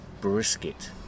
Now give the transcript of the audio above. brisket